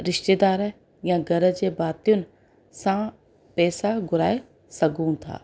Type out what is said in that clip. रिशतेदार या घर जे भातियुनि सां पैसा घुराए सघूं था